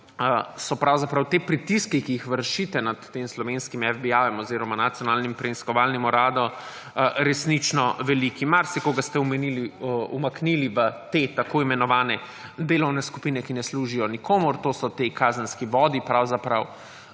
so pravzaprav ti pritiski, ki jih vršite nad tem slovenskim FBI oziroma Nacionalnim preiskovalnim uradom, resnično veliki. Marsikoga ste umaknili v te, tako imenovane, delovne skupine, ki ne služijo nikomur. To so ti kazenski vodi pravzaprav,